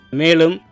melum